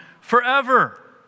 forever